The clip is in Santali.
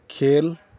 ᱠᱷᱮᱞ